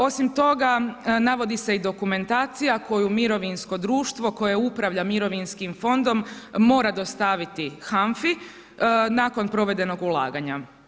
Osim toga, navodi se i dokumentacija koju mirovinsko društvo koje upravlja mirovinskim fondom mora dostaviti HANFA-i nakon provedenog ulaganja.